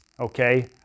Okay